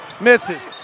Misses